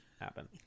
happen